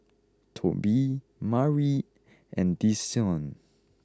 Tobie Mari and Desean